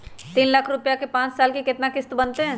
तीन लाख रुपया के पाँच साल के केतना किस्त बनतै?